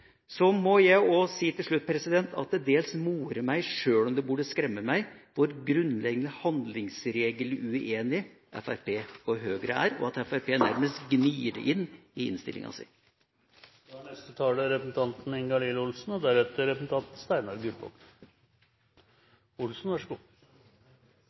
Så må også jeg si til slutt at det til dels morer meg, sjøl om det burde skremme meg, hvor grunnleggende handlingsregeluenige Fremskrittspartiet og Høyre er, og at Fremskrittspartiet nærmest gnir det inn i innstillinga. Norge er et godt land å bo i. Vi har små forskjeller i landet, vi har høy sysselsetting og